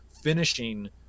finishing